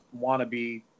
wannabe